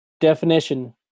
definition